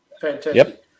Fantastic